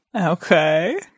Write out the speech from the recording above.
Okay